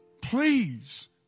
Please